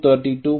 232